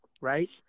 right